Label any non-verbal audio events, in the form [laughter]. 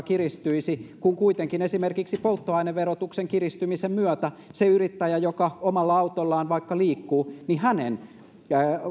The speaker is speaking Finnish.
[unintelligible] kiristyisi kun kuitenkin esimerkiksi polttoaineverotuksen kiristymisen myötä se yrittäjä joka omalla autollaan vaikka liikkuu niin hänen